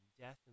death